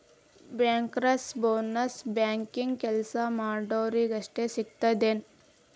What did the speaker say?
Bankers bonus ಬ್ಯಾಂಕ್ನ್ಯಾಗ್ ಕೆಲ್ಸಾ ಮಾಡೊರಿಗಷ್ಟ ಸಿಗ್ತದೇನ್?